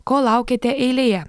kol laukiate eilėje